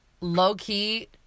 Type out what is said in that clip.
Low-key